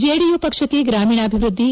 JDU ಪಕ್ಷಕ್ಕೆ ಗ್ರಾಮೀಣಾಭಿವೃದ್ಧಿ